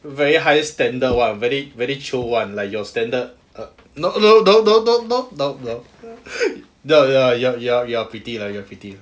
the very highest standard [one] very very chio [one] like your standard err no don't don't don't no no no no you are pretty lah you are pretty